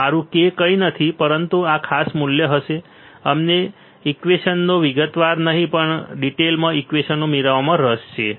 મારું k કંઈ નથી પરંતુ આ ખાસ મૂલ્ય હવે અમને ઈક્વેશનો વિગતવાર નહીં પણ ડિટેઈલમાં ઈક્વેશનો મેળવવામાં રસ નથી